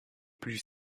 plus